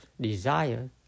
desire